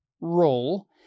role